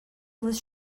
was